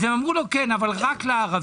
הם אמרו לו: כן, אבל רק לערבים.